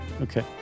Okay